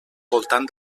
voltant